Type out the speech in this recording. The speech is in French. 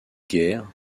guerres